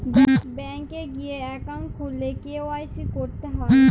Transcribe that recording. bank এ গিয়ে account খুললে কে.ওয়াই.সি ক্যরতে হ্যয়